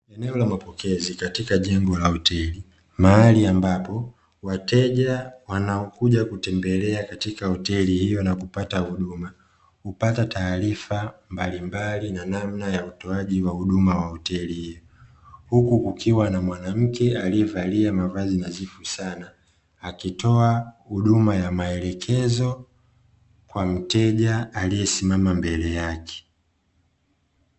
Eneo la mapokezi katika jengo la hoteli, mahali ambapo wateja wanaokuja kutembelea katika hoteli iyo na kupata huduma kupata taharifa mbalimbali na namna ya utoaji wa huduma ya hoteli iyo, huku kukiwa na mwanamke aliyevalia mavazi nadhifu sana akitoa huduma ya maelekezo kwa mateja aliyesimama mbele yake.